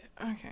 Okay